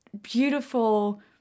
beautiful